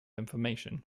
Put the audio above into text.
information